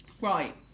right